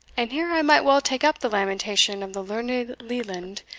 and here i might well take up the lamentation of the learned leland,